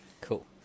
cool